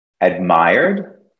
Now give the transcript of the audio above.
admired